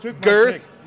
girth